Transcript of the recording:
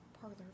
parlor